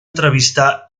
entrevistar